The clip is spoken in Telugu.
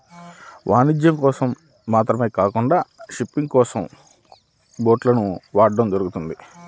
వాణిజ్యం కోసం మాత్రమే కాకుండా ఫిషింగ్ కోసం బోట్లను వాడటం జరుగుతుంది